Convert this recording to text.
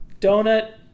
donut